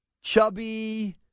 chubby